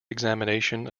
examination